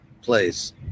place